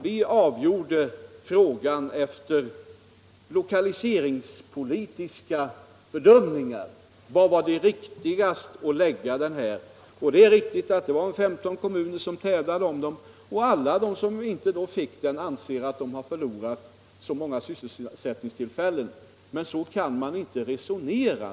Vi avgjorde frågan genom att bedöma var det var lämpligast att från lokaliseringspolitisk synpunkt förlägga skolan. Det är riktigt att 15 kommuner tävlade om att få skolan. Alla som inte fick skolan anser nu att de har förlorat ett antal sysselsättningstillfällen, men så kan man inte resonera.